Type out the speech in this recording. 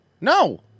No